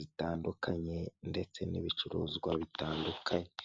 bitanu byo kuraramo, ndetse n'ubwogero butanu, rero ni inzu nziza cyane ushobora kuza ugakodesha hanyuma ukabaho neza, iherereye i Kigali kibagabaga.